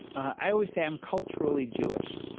i always say i'm culturally jewish.